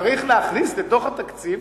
צריך להכניס לתוך התקציב,